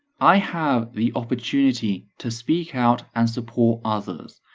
i have the opportunity to speak out and support others,